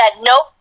Nope